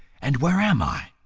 and where am i?